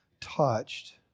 touched